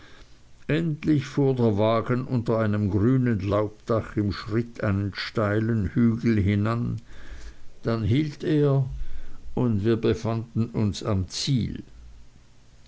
endlich fuhr der wagen unter einem grünen laubdach im schritt einen steilen hügel hinan dann hielt er und wir befanden uns am ziel